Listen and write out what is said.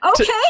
Okay